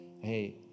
Hey